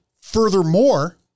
furthermore